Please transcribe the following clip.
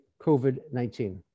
COVID-19